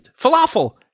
falafel